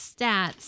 stats